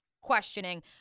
questioning